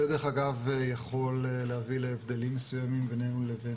זה דרך אגב יכול להביא להבדלים מסוימים בינינו לבין